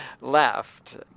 left